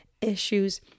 issues